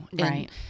Right